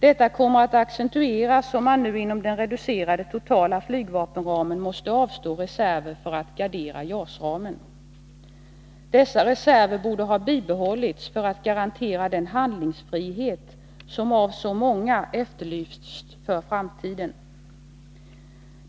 Detta kommer att accentueras, om man nu inom den reducerade totala flygvapenramen måste avstå reserver för att gardera JAS-ramen. Dessa reserver borde ha bibehållits för att garantera den handlingsfrihet som av så många efterlysts för framtiden.